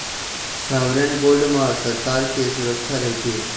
sovereign gold म सरकार के सुरक्छा रहिथे